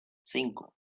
cinco